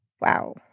Wow